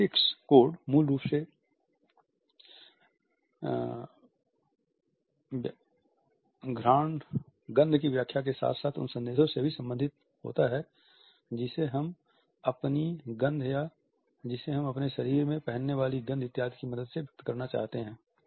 olfactic code मूल रूप से उन संदेशों से संबंधित होते हैं जिन्हें हम अपनी गंध या जिसे हम अपने शरीर में पहनने वाली गंध इत्यादि की मदद से व्यक्त करना चाहते हैं